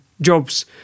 jobs